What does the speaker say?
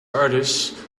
artist